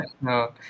No